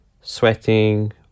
sweating